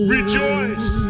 rejoice